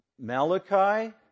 Malachi